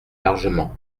largement